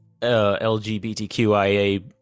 LGBTQIA